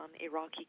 Iraqi